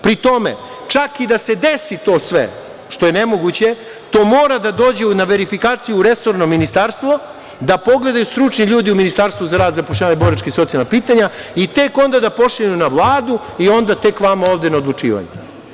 Pri tome, čak i da se desi to sve, što je nemoguće, to mora da dođe na verifikaciju u resorno ministarstvo, da pogledaju stručni ljudi u Ministarstvu za rad, zapošljavanje, boračka i socijalna pitanja i tek onda da pošalju na Vladu i tek vama ovde na odlučivanje.